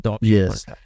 Yes